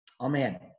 Amen